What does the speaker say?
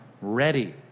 ready